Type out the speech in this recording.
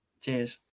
Cheers